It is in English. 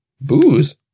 booze